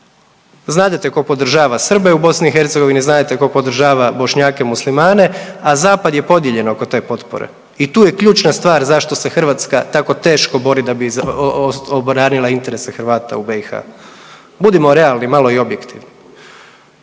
Znadete tko podržava Srbe u BiH, znadete tko podržava Bošnjake muslimane, a zapad je podijeljen oko te potpore i tu je ključna stvar zašto se Hrvatska tako teško bori da bi obranila interese Hrvata u BiH, budimo realni malo i objektivni.